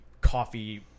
coffee